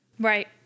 Right